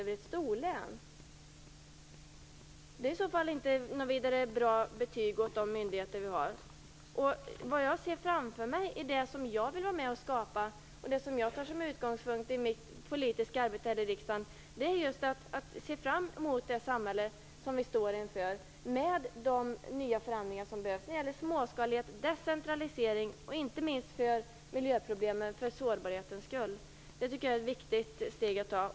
Det är i så fall inte något vidare bra betyg åt de myndigheter vi har. Vad jag ser framför mig är det som jag vill vara med att skapa. Det jag tar som utgångspunkt i mitt politiska arbete här i riksdagen är att se fram emot det samhälle vi står inför med de nya förändringar som behövs. Det gäller småskalighet och decentralisering, inte minst för miljöproblemens och sårbarhetens skull. Det tycker jag är ett viktigt steg att ta.